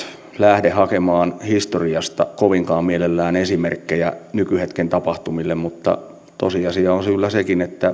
lähde hakemaan historiasta kovinkaan mielellään esimerkkejä nykyhetken tapahtumille mutta tosiasia on kyllä sekin että